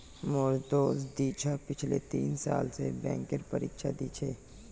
मोर दोस्त दीक्षा पिछले तीन साल स बैंकेर परीक्षा दी छ